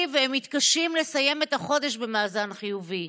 והם מתקשים לסיים את החודש במאזן חיובי.